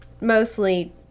mostly